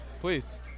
Please